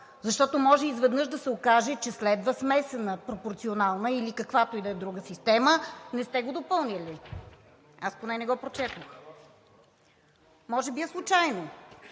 защото може изведнъж да се окаже, че следва смесена пропорционална, или каквато и да е друга система, не сте го допълнили. Аз поне не го прочетох. Може би е случайно.